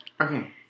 Okay